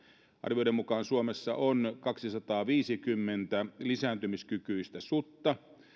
arvioiden mukaan suomessa on kaksisataaviisikymmentä lisääntymiskykyistä sutta